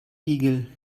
igel